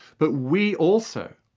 but we also,